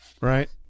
right